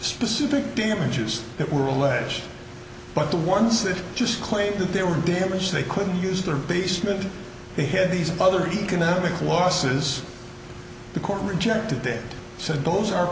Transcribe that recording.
specific damages that were alleged but the ones that just claimed that they were damaged they couldn't use their basement they hid these other economic losses the court rejected that said those are